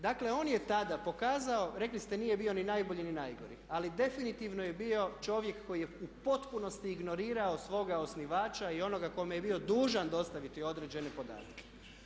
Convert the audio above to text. Dakle, on je tada pokazao, rekli ste nije bio ni najbolji ni najgori, ali definitivno je bio čovjek koji je u potpunosti ignorirao svoga osnivača i onoga kome je bio dužan dostaviti određene podatke.